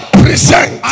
present